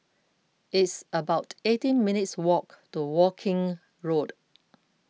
it's about eighteen minutes' walk to Woking Road